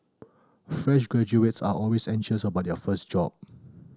fresh graduates are always anxious about their first job